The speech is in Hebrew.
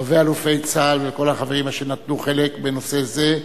לרבי-אלופי צה"ל ולכל החברים אשר נטלו חלק בנושא זה.